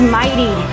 mighty